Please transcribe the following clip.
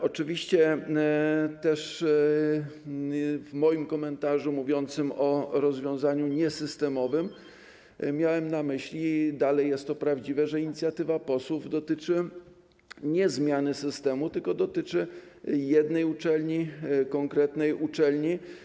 Oczywiście w moim komentarzu mówiącym o rozwiązaniu niesystemowym miałem na myśli, i dalej jest to prawdziwe, że inicjatywa posłów nie dotyczy zmiany systemu, tylko dotyczy jednej uczelni, konkretnej uczelni.